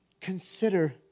consider